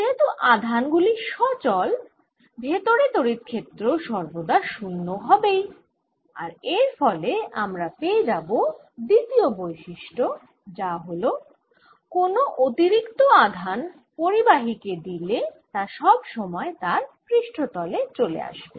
যেহেতু আধান গুলি সচল ভেতরে তড়িৎ ক্ষেত্র সর্বদা শুন্য হবেই আর এর ফলে আমরা পেয়ে যাবো দ্বিতীয় বৈশিষ্ট্য যা হল কোন অতিরিক্ত আধান পরিবাহী কে দিলে তা সব সময় তার পৃষ্ঠতলে চলে আসবে